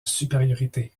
supériorité